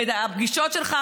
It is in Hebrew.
ואת הפגישות שלך,